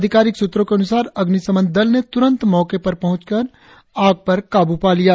अधिकारिक सूत्रों के अनुसार अग्निशमन दल ने तुरंत मौके पर पहुंचकर आग पर काबू पा लिया